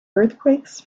earthquakes